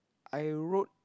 I wrote